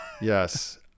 Yes